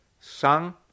sung